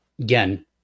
again